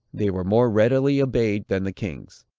they were more readily obeyed than the kings.